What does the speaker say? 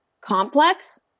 complex